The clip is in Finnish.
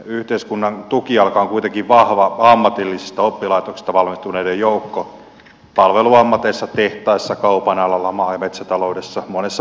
yhteiskunnan vahva tukijalka on kuitenkin ammatillisista oppilaitoksista valmistuneiden joukko palveluammateissa tehtaissa kaupan alalla maa ja metsätaloudessa monessa paikassa